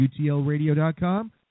utlradio.com